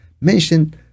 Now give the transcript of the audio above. Mention